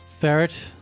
Ferret